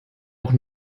auch